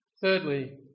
Thirdly